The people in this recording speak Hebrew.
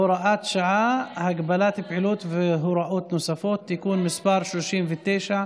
(הוראת שעה) (הגבלת פעילות והוראות נוספות) (תיקון מס' 39),